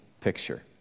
picture